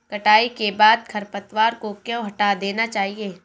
कटाई के बाद खरपतवार को क्यो हटा देना चाहिए?